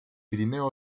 pirineo